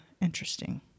Interesting